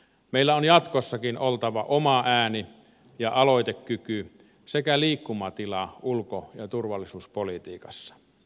meillä on jatkossakin oltava oma ääni ja aloitekyky sekä liikkumatila ulko ja turvallisuuspolitiikassa